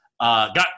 got